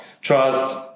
trust